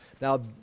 Now